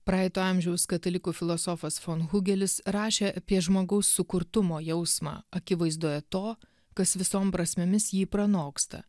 praeito amžiaus katalikų filosofas fon hugelis rašė apie žmogaus sukurtumo jausmą akivaizdoje to kas visom prasmėmis jį pranoksta